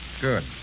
Good